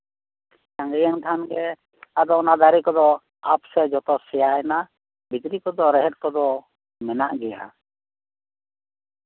ᱥᱟᱝᱜᱮᱭᱮᱱ ᱠᱷᱟᱱ ᱫᱚ ᱚᱱᱟ ᱫᱟᱨᱮ ᱠᱚᱫᱚ ᱟᱯᱥᱮ ᱥᱮᱭᱟᱭᱮᱱᱟ ᱵᱷᱤᱛᱨᱤ ᱠᱚᱫᱚ ᱨᱮᱦᱮᱫ ᱠᱚᱫᱚ ᱢᱮᱱᱟᱜ ᱜᱮᱭᱟ